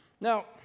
Now